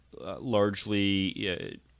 largely